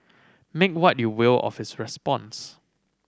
make what you will of his response